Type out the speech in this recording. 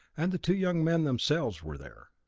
and the two young men themselves, were there.